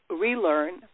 relearn